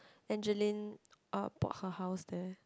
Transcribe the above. Angeline uh bought her house there